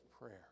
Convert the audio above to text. prayer